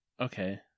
Okay